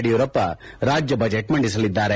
ಯಡಿಯೂರಪ್ಪ ರಾಜ್ಯ ಬಜೆಟ್ ಮಂಡಿಸಲಿದ್ದಾರೆ